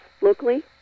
locally